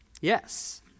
Yes